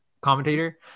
commentator